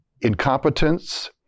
incompetence